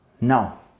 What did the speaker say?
no